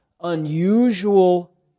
unusual